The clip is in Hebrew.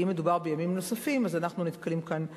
כי אם מדובר בימים נוספים אז אנחנו נתקלים כאן בבעיה.